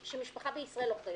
הסיוע לחקלאים לא צריך לבוא